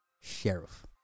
sheriff